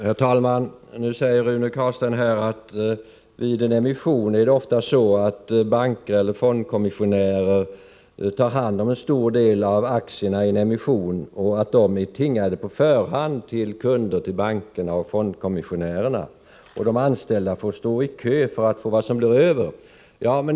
Herr talman! Nu säger Rune Carlstein att det vid en emission ofta är banker och fondkommissionärer som tar hand om en stor del av aktierna i emissionen och att de är tingade på förhand av kunder till bankerna och fondkommissionärerna. De anställda får stå i kö för att få det som blir över.